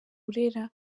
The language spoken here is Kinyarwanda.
burera